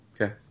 Okay